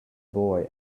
boy